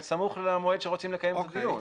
סמוך למועד שרוצים לקיים את הדיון.